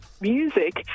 music